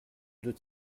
deux